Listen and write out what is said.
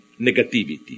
negativity